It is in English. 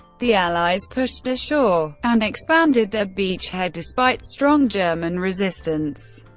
the allies pushed ashore and expanded their beachhead despite strong german resistance.